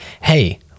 Hey